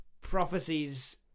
prophecies